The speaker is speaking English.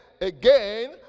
again